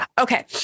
okay